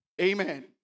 Amen